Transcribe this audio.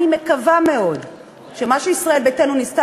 אני מקווה מאוד שמה שישראל ביתנו ניסתה